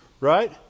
right